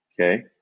Okay